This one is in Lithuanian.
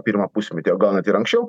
pirmą pusmetį o gal net ir anksčiau